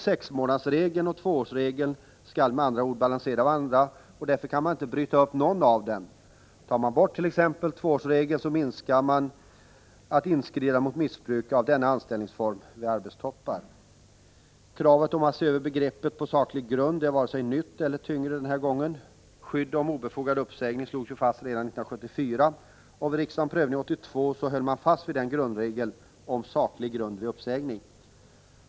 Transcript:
Sexmånadersregeln och tvåårsregeln skall med andra ord balansera varandra, och därför kan man inte bryta upp någon av dem. Tar man bort t.ex. tvåårsregeln minskar man möjligheten att inskrida mot missbruk av denna anställningsform vid arbetstoppar. Kravet på att se över begreppet på ”saklig grund” är varken nytt eller tyngre denna gång. Skydd mot obefogad uppsägning slog vi fast redan 1974. Vid riksdagens prövning 1982 höll man fast vid grundregeln om saklig grund vid uppsägning.